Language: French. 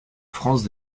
france